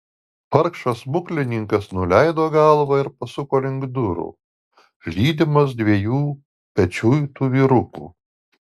vargšas smuklininkas nuleido galvą ir pasuko link durų lydimas dviejų pečiuitų vyrukų